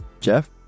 Jeff